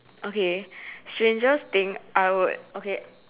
okay strangest thing I would okay